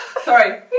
Sorry